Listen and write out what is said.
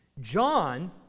John